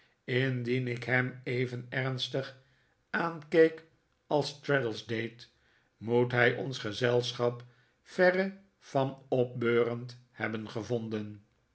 indien ik hem even ernstig aankeek als traddles deed moet hij ons gezelschap verre van opbeurend hebben gevonden